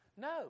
No